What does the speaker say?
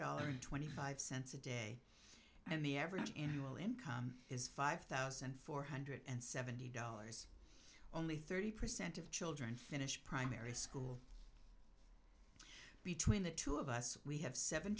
dollar twenty five cents a day and the average annual income is five thousand four hundred and seventy dollars only thirty percent of children finish primary school between the two of us we have seven